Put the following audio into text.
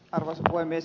arvoisa puhemies